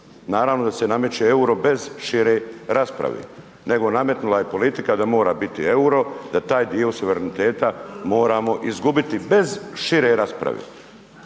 naravno da se nameće euro bez šire rasprave, nego nametnula je politika da mora biti euro da taj dio suvereniteta moramo izgubiti bez šire rasprave.